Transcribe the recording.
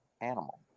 animal